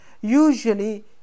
usually